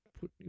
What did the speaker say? put